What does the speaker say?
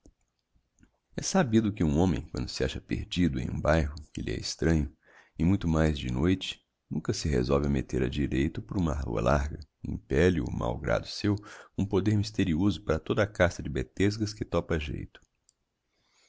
é sabido que um homem quando se acha perdido em um bairro que lhe é extranho e muito mais de noite nunca se resolve a meter a direito por uma rua larga impelle o mau grado seu um poder misterioso para toda a casta de betesgas que topa a geito